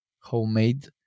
homemade